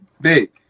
big